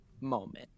moment